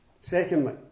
Secondly